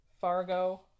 Fargo